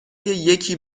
یکی